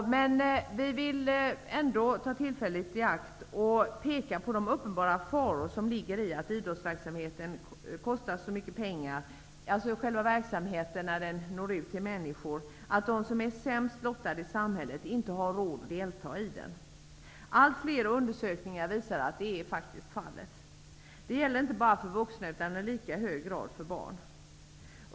Men vi vill ändå ta tillfället i akt och peka på de uppenbara faror som ligger i att idrottsverksamhet kostar så mycket pengar, dvs. den verksamhet som når ut till människorna. De som är sämst lottade i samhället har inte råd att delta. Allt fler undersökningar visar att detta är fallet. Det gäller inte bara för vuxna utan i lika hög grad för barn.